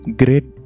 great